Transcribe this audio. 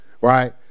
right